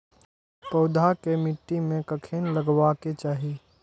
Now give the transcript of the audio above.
पौधा के मिट्टी में कखेन लगबाके चाहि?